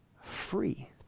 free